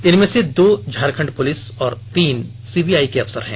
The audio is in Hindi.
इनमें से दो झारखंड पुलिस तथा तीन सीबीआइ के अफसर हैं